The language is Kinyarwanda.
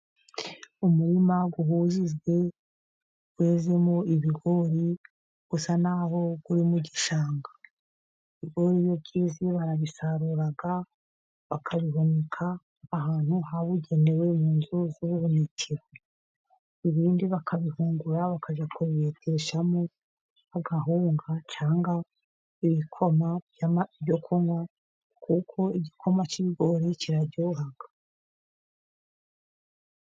Umurima uhujwe wezemo ibigori, usa naho uri mu gishanga. Ibigori iyo byeze barabisarura bakabihunika ahantu habugenewe mu nzu z'ubuhunikiro, ibindi bakabihungura bakajya kubibeteshamo agahunga, cyangwa ibikoma byo kunywa, kuko igikoma cy'ibigori kiraryoha.